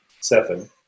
seven